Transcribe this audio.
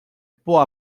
può